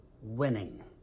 winning